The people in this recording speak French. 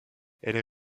elles